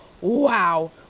wow